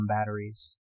batteries